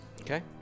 Okay